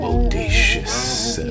Audacious